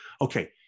okay